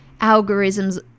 algorithms